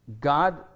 God